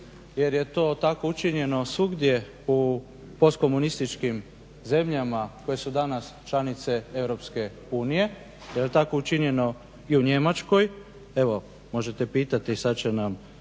jer je to tako učinjeno svugdje u post komunističkim zemljama koje su danas članice EU, jer je tako učinjeno i u Njemačkoj. Evo možete pitati sad će nam